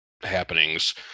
happenings